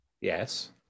Yes